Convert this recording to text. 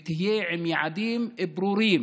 שתהיה עם יעדים ברורים